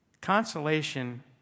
Consolation